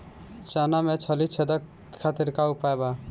चना में फली छेदक खातिर का उपाय बा?